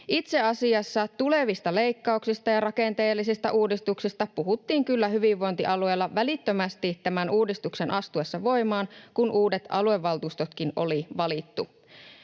Itse asiassa tulevista leikkauksista ja rakenteellisista uudistuksista puhuttiin kyllä hyvinvointialueilla välittömästi tämän uudistuksen astuessa voimaan, kun uudet aluevaltuustotkin oli valittu.